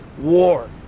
war